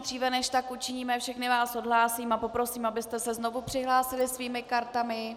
Dříve než tak učiníme, všechny vás odhlásím a poprosím, abyste se znovu přihlásili svými kartami.